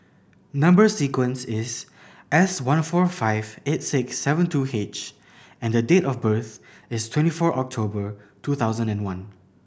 number sequence is S one four five eight six seven two H and the date of birth is twenty four October two thousand and one